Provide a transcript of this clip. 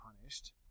punished